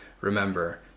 remember